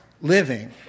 living